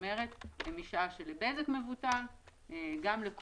כלומר משעה שלבזק מבוטלת החובה,